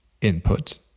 input